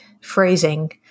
phrasing